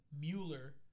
Mueller